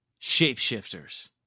Shapeshifters